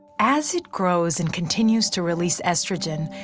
as it grows and continues to release estrogen,